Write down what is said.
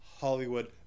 Hollywood